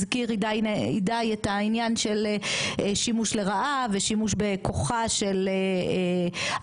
הזכיר הידי את העניין של שימוש לרעה ושימוש בכוחה של הקואליציה,